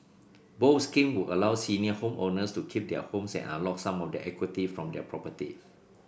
both scheme would allow senior homeowners to keep their homes and unlock some of the equity from their property